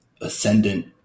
ascendant